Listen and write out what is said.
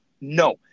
No